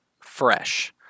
fresh